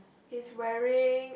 he's wearing